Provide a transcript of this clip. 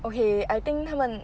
okay I think 他们